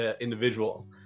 individual